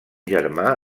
germà